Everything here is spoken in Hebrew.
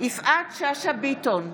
יפעת שאשא ביטון,